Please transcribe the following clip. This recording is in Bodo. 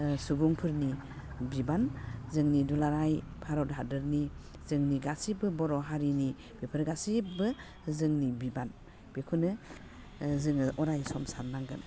सुबुंफोरनि बिबान जोंनि दुलाराय भारत हादोरनि जोंनि गासिबो बर' हारिनि बेफोर गासिबबो जोंनि बिबान बेखौनो जोङो अरायसम साननांगोन